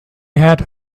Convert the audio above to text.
had